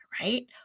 right